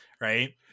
right